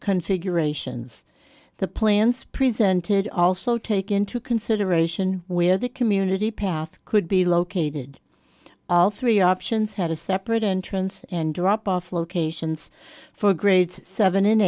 configurations the plans presented also take into consideration where the community path could be located all three options had a separate entrance and drop off locations for grades seven and